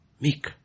Meek